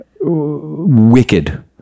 wicked